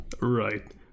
Right